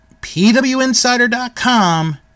PWInsider.com